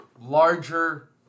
larger